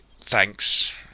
thanks